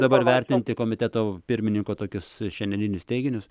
dabar vertinti komiteto pirmininko tokius šiandieninius teiginius